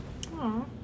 Aww